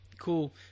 cool